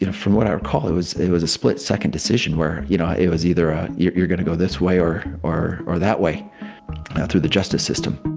you know from what i recall, it was it was a split second decision where, you know, it was either you're you're going to go this way or or or that way through the justice system